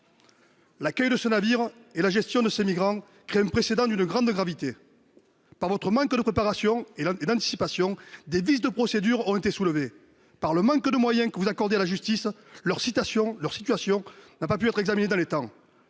L'accueil de ce navire et la gestion de ces migrants créent un précédent d'une grande gravité. Du fait de votre manque de préparation et d'anticipation, des vices de procédure ont été soulevés. À cause du manque de moyens dont souffre la justice, leur situation n'a pas pu être examinée dans les temps.